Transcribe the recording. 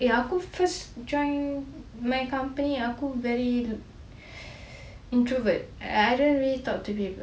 eh aku first join my company aku very introvert I don't really talk to people